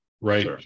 Right